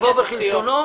ככתבו וכלשונו.